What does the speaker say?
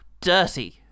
dirty